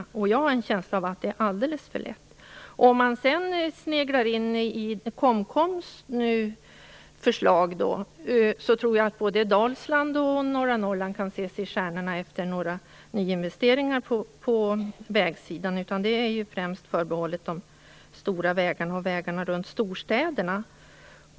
Jag har en känsla av att det är alldeles för lätt. Om man sedan sneglar på Kommunikationskommitténs förslag tror jag att både Dalsland och norra Norrland kan se sig i stjärnorna efter några nyinvesteringar på vägsidan. Det är ju främst förbehållet de stora vägarna och vägarna runt storstäderna.